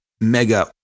mega